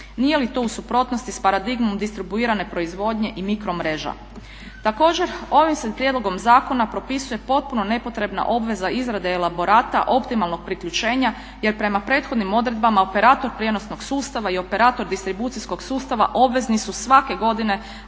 Nije li to u suprotnosti s paradigmom distribuirane proizvodnje i mikromreža?